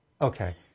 Okay